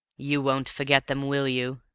you won't forget them, will you?